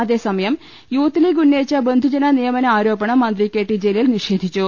അതേസമയം youth league ഉന്നയിച്ച ബന്ധുജന നിയ മന ആരോപണം മന്ത്രി കെ ടി ജലീൽ നിഷേധിച്ചു